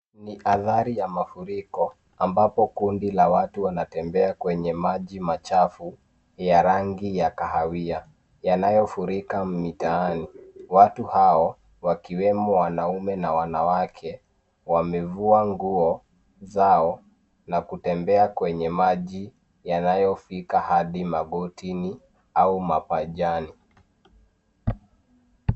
Ni adhari ya mafuriko ambapo kundi la watu wanatembea kwenye maji machafu ya rangi ya kahawia yanayofurika mitaani. Watu hao wakiwemo wanaume na wanawake wamevua nguo zao na kutembea kwenye maji yanayofika hadi magotini au mapajani.